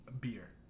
Beer